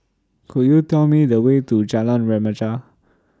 Could YOU Tell Me The Way to Jalan Remaja